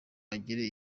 agire